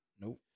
Nope